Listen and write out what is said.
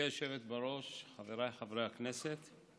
היושבת בראש, חבריי חברי הכנסת,